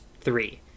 three